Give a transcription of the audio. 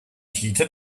peter